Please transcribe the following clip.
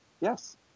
Yes